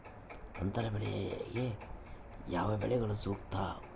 ಅಂತರ ಬೆಳೆಗೆ ಯಾವ ಬೆಳೆಗಳು ಸೂಕ್ತ?